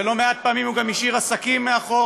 ולא מעט פעמים הוא גם השאיר עסקים מאחור,